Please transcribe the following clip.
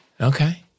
okay